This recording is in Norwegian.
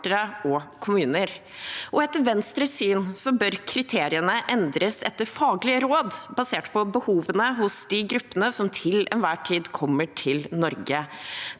og kommuner. Etter Venstres syn bør kriteriene endres etter faglige råd, basert på behovene hos de gruppene som til enhver tid kommer til Norge.